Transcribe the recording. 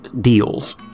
deals